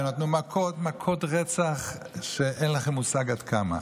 ונתנו מכות רצח שאין לכם מושג עד כמה.